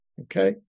Okay